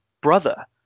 brother